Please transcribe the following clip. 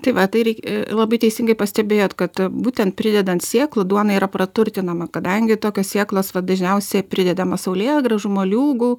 tai va tai reik labai teisingai pastebėjot kad būtent pridedant sėklų duona yra praturtinama kadangi tokios sėklos vat dažniausia pridedama saulėgrąžų moliūgų